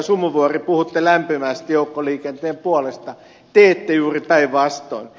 sumuvuori puhutte lämpimästi joukkoliikenteen puolesta ja teette juuri päinvastoin